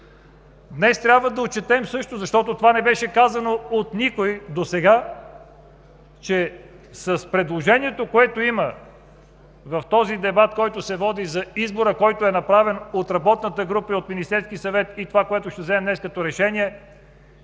Днес трябва да отчетем също, защото това не беше казано от никой досега, че в предложението, което има в този дебат, който се води за избора, който е направен от работната група, от Министерския съвет и това, което ще вземем днес като решение,